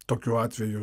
tokiu atveju